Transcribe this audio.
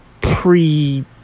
pre